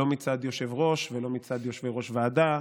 לא מצד יושב-ראש ולא מצד יושבי-ראש ועדה,